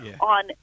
on